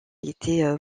été